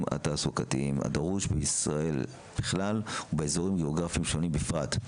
התעסוקתיים הדרוש בישראל בכלל ובאזורים גיאוגרפיים שונים בפרט,